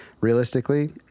realistically